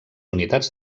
unitats